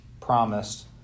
promised